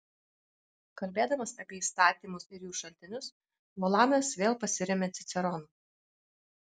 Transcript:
kalbėdamas apie įstatymus ir jų šaltinius volanas vėl pasiremia ciceronu